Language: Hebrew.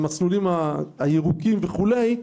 המסלולים הירוקים וכולי,